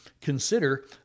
consider